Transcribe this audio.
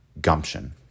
gumption